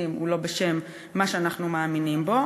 עושים הוא לא בשם מה שאנחנו מאמינים בו.